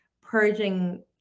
purging